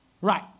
Right